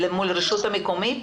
מול הרשות המקומית?